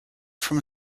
from